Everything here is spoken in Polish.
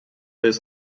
jest